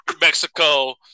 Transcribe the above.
Mexico